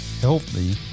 healthy